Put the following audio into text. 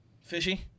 Fishy